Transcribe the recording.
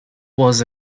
was